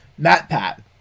MatPat